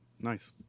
Nice